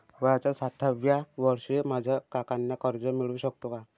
वयाच्या साठाव्या वर्षी माझ्या काकांना कर्ज मिळू शकतो का?